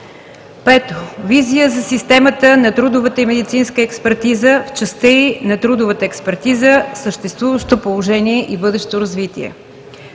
5. Визия за системата на трудовата и медицинска експертиза, в частта й на трудовата експертиза – съществуващо положение и бъдещо развитие.